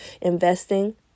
investing